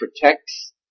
protects